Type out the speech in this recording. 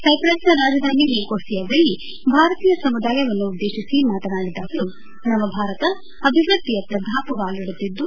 ಸೈಪ್ರಸ್ನ ರಾಜಧಾನಿ ನಿಕೋಸಿಯಾದಲ್ಲಿ ಭಾರತೀಯ ಸಮುದಾಯವನ್ನುದ್ದೇಶಿಸಿ ಮಾತನಾಡಿದ ಅವರು ನವ ಭಾರತ ಅಭಿವೃದ್ಧಿಯತ್ತ ದಾಪುಗಾಲಿಡುತ್ತಿದ್ದು